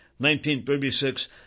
1936